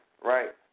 right